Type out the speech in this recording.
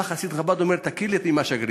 בא חסיד חב"ד ואומר: תכיר לי את השגריר.